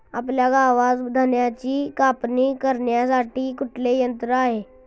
आपल्या गावात धन्याची कापणी करण्यासाठी कुठले यंत्र आहे?